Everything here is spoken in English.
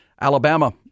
alabama